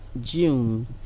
June